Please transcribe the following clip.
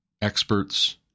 experts